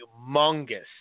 humongous